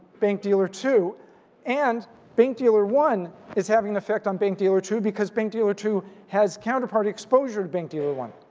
bank dealer two and bank dealer one is having an effect on bank dealer two because bank dealer two has counterpart exposure to bank dealer one.